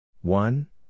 One